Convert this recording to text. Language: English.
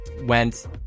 went